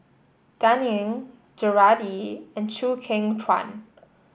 Dan Ying Gerard Ee and Chew Kheng Chuan